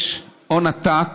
יש הון עתק,